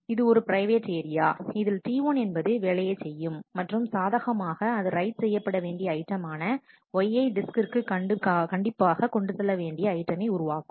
இது ஒரு private area இதில் T1 என்பது வேலையை செய்யும் மற்றும் சாதகமாக அது ரைட் செய்யப்பட வேண்டிய ஐட்டமான y ய்யை டிஸ்க்கிற்கு கண்டிப்பாக கொண்டு செல்ல வேண்டிய ஐட்டமை உருவாக்கும்